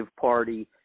party